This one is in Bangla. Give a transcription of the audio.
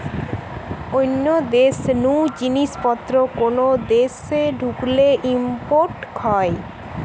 অন্য দেশ নু জিনিস পত্র কোন দেশে ঢুকলে ইম্পোর্ট হয়